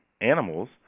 animals